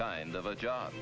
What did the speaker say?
kind of a job